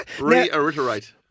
Reiterate